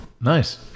Nice